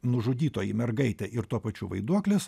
nužudytoji mergaitė ir tuo pačiu vaiduoklis